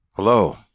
Hello